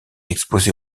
exposée